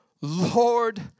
Lord